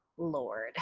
lord